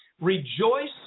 rejoice